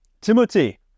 Timothy